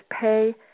pay